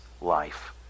life